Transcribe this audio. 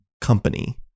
company